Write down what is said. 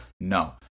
No